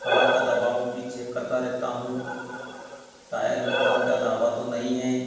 हवा का दबाव भी चेक करता रहता हूँ टायर में कम ज़्यादा हवा तो नहीं है